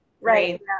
right